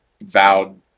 vowed